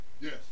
Yes